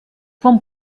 vom